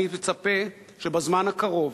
אני מצפה שבזמן הקרוב,